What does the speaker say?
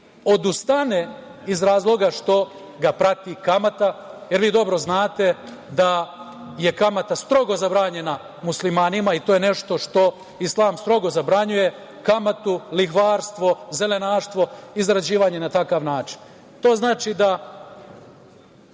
kredit iz razloga što ga prati kamata, jer vi dobro znate da je kamata strogo zabranjena Muslimanima, i to je nešto što islam strogo zabranjuje, kamatu, lihvarstvo, zelenaštvo, izrabljivanje na takav način. To znači da,